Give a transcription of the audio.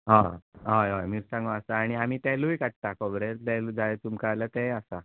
हय हय हय मिरसांगो आसता आनी आमी तेलूय काडटा खोब्रेल तेल जाय तुमकां आल्या तेंय आसा